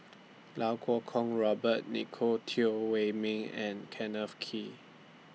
Lau Kuo Kwong Robert Nicolette Teo Wei Min and Kenneth Kee